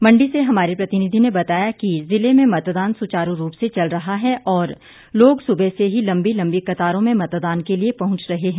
मंडी से हमारे प्रतिनिधी ने बताया है कि जिले में मतदान सुचारू रूप से चल रहा है और लोग सुबह से ही लम्बी लम्बी कतारों में मतदान के लिए पहुंच रहे हैं